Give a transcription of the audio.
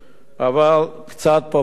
אבל קצת פרופורציה,